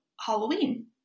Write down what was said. Halloween